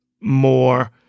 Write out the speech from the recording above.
more